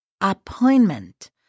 appointment